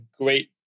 great